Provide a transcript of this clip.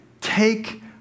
take